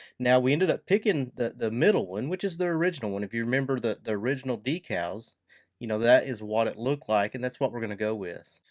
now we ended up picking the the middle one, which is the original one. if you remember the the original decals you know that is what it looked like and that's what we're gonna go with.